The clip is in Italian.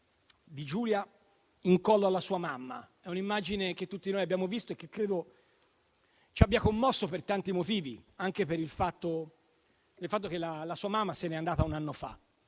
intorno al collo della sua mamma; è un'immagine che tutti noi abbiamo visto e che credo ci abbia commosso per tanti motivi, anche per il fatto che la sua mamma se n'è andata un anno fa.